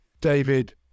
David